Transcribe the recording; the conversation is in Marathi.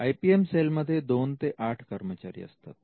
आय पी एम सेलमध्ये दोन ते आठ कर्मचारी असतात